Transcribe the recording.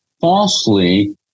falsely